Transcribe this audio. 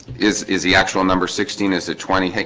is is the actual number sixteen as a twenty? hey,